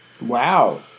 Wow